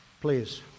Please